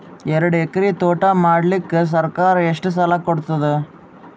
ಎರಡು ಎಕರಿ ತೋಟ ಮಾಡಲಿಕ್ಕ ಸರ್ಕಾರ ಎಷ್ಟ ಸಾಲ ಕೊಡತದ?